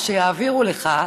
או שיעבירו לך,